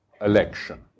election